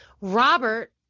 Robert